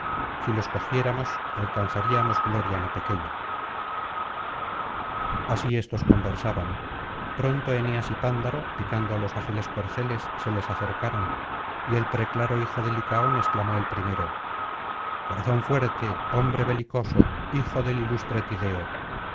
si los cogiéramos alcanzaríamos gloria no pequeña así éstos conversaban pronto eneas y pándaro picando á los ágiles corceles se les acercaron y el preclaro hijo de licaón exclamó el primero corazón fuerte hombre belicoso hijo del ilustre tideo